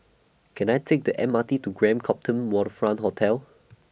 Can I Take The M R T to Grand Copthorne Waterfront Hotel